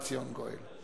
ובא לציון גואל.